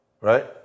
right